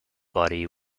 body